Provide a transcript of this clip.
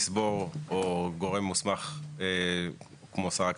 או גורם מוסמך כמו שר הכלכלה,